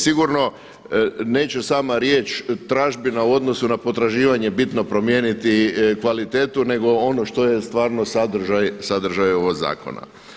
Sigurno neće sama riječ tražbina u odnosu na potraživanje bitno promijeniti kvalitetu nego ono što je stvarno sadržaj ovog zakona.